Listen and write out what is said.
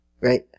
Right